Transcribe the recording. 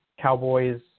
Cowboys